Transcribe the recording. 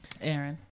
Aaron